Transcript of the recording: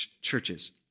churches